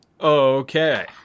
Okay